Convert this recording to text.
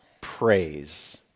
praise